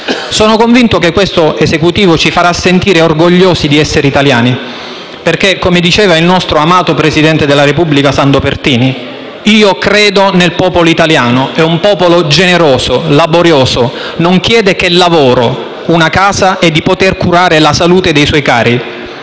Sono convinto che questo Esecutivo ci farà sentire orgogliosi di essere italiani, perché - come ha detto il nostro amato presidente della Repubblica Sandro Pertini - «Io credo nel popolo italiano. È un popolo generoso, laborioso, non chiede che lavoro, una casa e di poter curare la salute dei suoi cari.